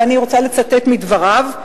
ואני רוצה לצטט מדבריו,